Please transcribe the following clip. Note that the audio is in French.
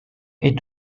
est